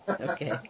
Okay